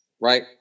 right